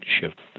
shift